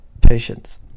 patience